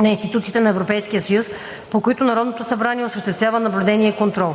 на институциите на Европейския съюз, по които Народното събрание осъществява наблюдение и контрол.